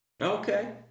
Okay